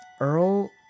Earl